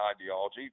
ideology